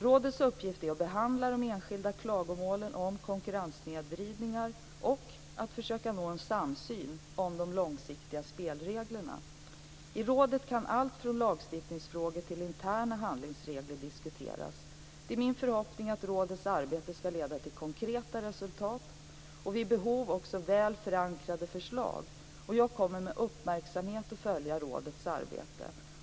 Rådets uppgift är att behandla enskilda klagomål om konkurrenssnedvridningar och att försöka nå en samsyn om de långsiktiga spelreglerna. I rådet kan allt från lagstiftningsfrågor till interna handlingsregler diskuteras. Det är min förhoppning att rådets arbete skall leda till konkreta resultat och vid behov väl förankrade förslag, och jag kommer med uppmärksamhet att följa rådets arbete.